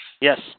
Yes